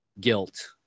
guilt